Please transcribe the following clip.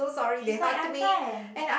she's like I'm fine